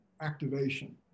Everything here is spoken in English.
activation